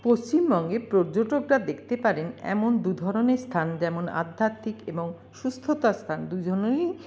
পশ্চিমবঙ্গে পর্যটকরা দেখতে পারেন এমন দুধরণের স্থান যেমন আধ্যাত্মিক এবং সুস্থতার স্থান